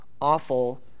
awful